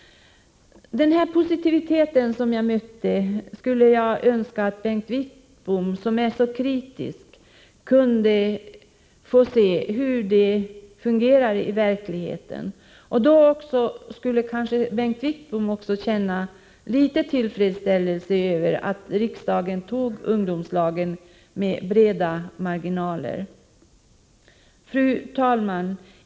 Den positivitet som jag mötte skulle jag önska att Bengt Wittbom, som är så kritisk, också kunde få möta så att han fick se hur det hela fungerar i verkligheten. Då skulle kanske också Bengt Wittbom känna litet tillfredsställelse över att riksdagen antog ungdomslagen med bred marginal. Fru talman!